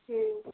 हम्म